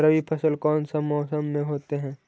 रवि फसल कौन सा मौसम में होते हैं?